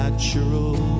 Natural